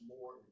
more